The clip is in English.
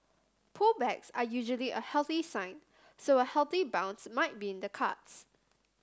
pullbacks are usually a healthy sign so a healthy bounce might be in the cards